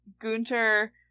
Gunter